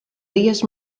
dies